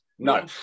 no